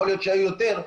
יכול להיות שהיו יותר,